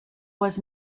was